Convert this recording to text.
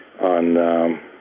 on, –